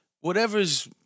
Whatever's